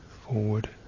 forward